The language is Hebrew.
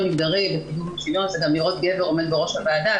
מגדרי זה גם לראות גבר עומד בראש הוועדה.